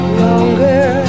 longer